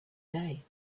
day